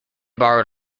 borrowed